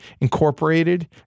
incorporated